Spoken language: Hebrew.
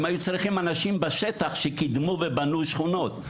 הם היו צריכים אנשים בשטח, שיקדמו ויבנו שכונות.